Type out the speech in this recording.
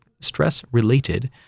stress-related